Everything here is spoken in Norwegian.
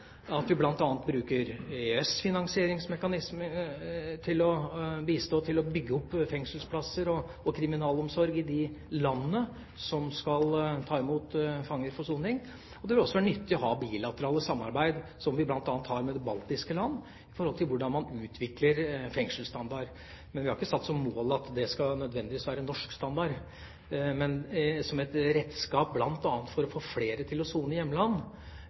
bistå med å bygge opp fengselsplasser og kriminalomsorg i de landene som skal ta imot fanger for soning. Det vil også være nyttig å ha bilaterale samarbeid om hvordan man utvikler en fengselsstandard, noe vi bl.a. har med de baltiske land. Vi har ikke satt som mål at det nødvendigvis skal være norsk standard, men som et redskap for bl.a. å få flere til å sone i